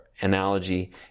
analogy